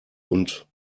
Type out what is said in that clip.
und